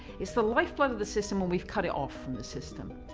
it's the life blood of the system and we've cut it off from the system.